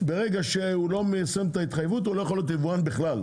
ברגע שהוא לא מיישם את ההתחייבות הוא לא יכול להיות יבואן בכלל,